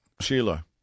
Sheila